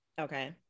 okay